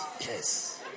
yes